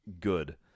good